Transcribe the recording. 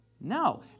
No